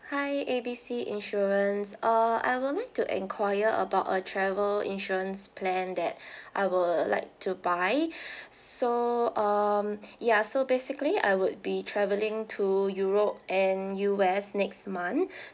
hi A B C insurance uh I'd like to enquire about a travel insurance plan that I will like to buy so um ya so basically I would be travelling to europe and U_S next month